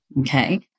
Okay